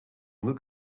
luke